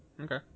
Okay